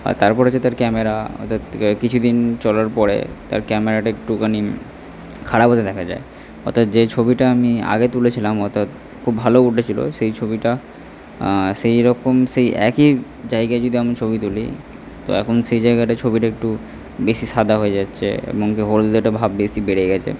আর তার পরে হচ্ছে তার ক্যামেরা অর্থাৎ কিছু দিন চলার পরে তার ক্যামেরাটা একটুখানি খারাপ হতে দেখা যায় অর্থাৎ যে ছবিটা আমি আগে তুলেছিলাম অর্থাৎ খুব ভালো উঠেছিল সেই ছবিটা সেই রকম সেই একই জায়গায় যদি আমি ছবি তুলি তো এখন সেই জায়গাটায় ছবিটা একটু বেশি সাদা হয়ে যাচ্ছে হলদেটে ভাব বেশি বেড়ে গেছে